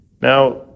Now